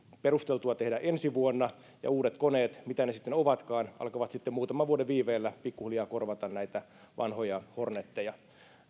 perusteltua tehdä ensi vuonna ja uudet koneet mitä ne sitten ovatkaan alkavat sitten muutaman vuoden viiveellä pikkuhiljaa korvata näitä vanhoja horneteja